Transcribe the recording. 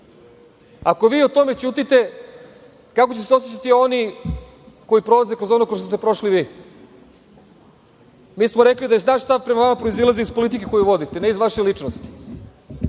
Ako vi o tome ćutite, kako će se osećati oni koji prolaze kroz ono kroz šta ste prošli vi. Mi smo rekli da naš stav prema vama proizilazi iz politike koju vodite, ne iz vaše ličnosti.